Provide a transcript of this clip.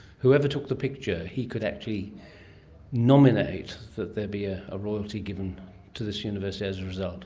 whoever took the picture, he could actually nominate that there be ah a royalty given to this university as a result.